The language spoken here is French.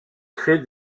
créer